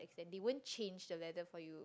they won't change the leather for you